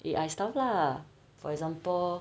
A_I stuff lah for example